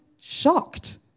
shocked